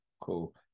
cool